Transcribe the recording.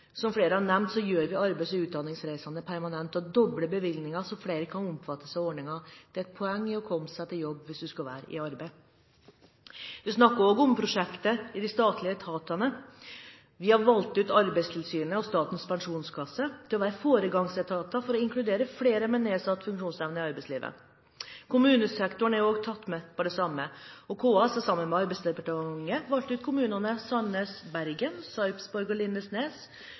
Som flere har nevnt, gjør vi arbeids- og utdanningsreiser permanente og dobler bevilgningen så flere kan omfattes av ordningen. Det er et poeng å komme seg på jobb hvis du skal være i arbeid. Vi starter også prosjekter i de statlige etatene og har valgt ut Arbeidstilsynet og Statens Pensjonskasse til å være foregangsetater for å inkludere flere med nedsatt funksjonsevne i arbeidslivet. Kommunesektoren er også tatt med, og KS har, sammen med Arbeidsdepartementet, valgt ut kommunene Sandnes, Bergen, Sarpsborg og Lindesnes,